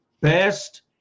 best